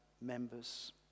members